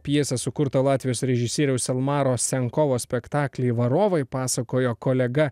pjesę sukurtą latvijos režisieriaus elmaro senkovo spektaklį varovai pasakojo kolega